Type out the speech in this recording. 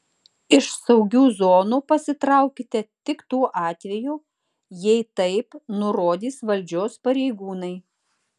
iš saugių zonų pasitraukite tik tuo atveju jei taip nurodys valdžios pareigūnai